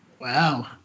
Wow